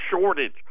shortage